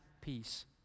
peace